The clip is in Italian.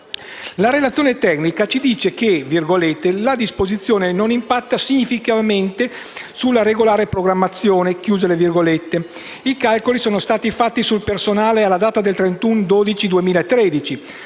La relazione tecnica ci dice che «La disposizione non impatta significativamente sulla regolare programmazione». I calcoli sono stati fatti sul personale al 31 dicembre 2013,